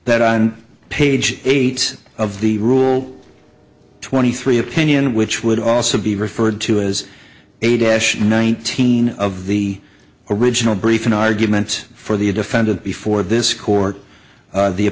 that on page eight of the rule twenty three opinion which would also be referred to as a dash nineteen of the original briefing arguments for the defendant before this court